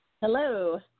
Hello